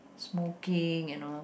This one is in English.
smoking you know